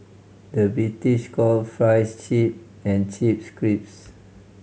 the British call fries chip and chips crips